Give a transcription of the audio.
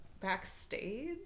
backstage